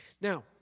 Now